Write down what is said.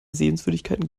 sehenswürdigkeiten